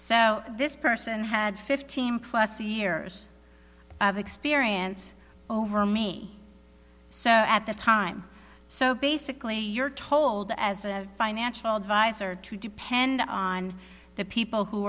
so this person had fifteen plus years of experience over me so at the time so basically you're told as a financial advisor to depend on the people who